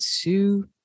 two